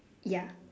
ya